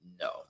No